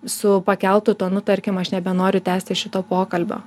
su pakeltu tonu tarkim aš nebenoriu tęsti šito pokalbio